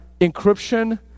encryption